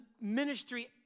ministry